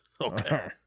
Okay